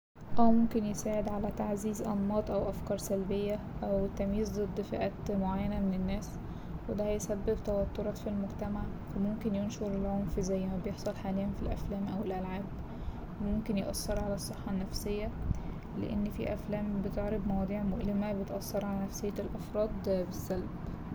اه ممكن يساعد على تعزيز أنماط أو أفكار سلبية أو التمييز ضد فئات معينة من الناس وده هيسبب توترات في المجتمع فا ممكن ينشر العنف زي ما بيحصل حاليا في الأفلام أو الألعاب ممكن يأثر على الصحة النفسية لأن فيه أفلام بتعرض مواضيع مؤلمة بتأثر على نفسية الأفراد بالسلب.